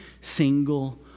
single